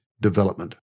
Development